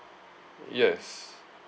yes